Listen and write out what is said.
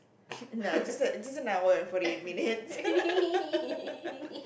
nah just a just a hour and forty eight minutes